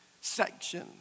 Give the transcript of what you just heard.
section